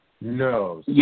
No